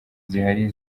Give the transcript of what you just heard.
zihari